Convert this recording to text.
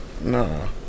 nah